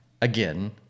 again